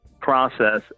process